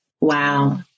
Wow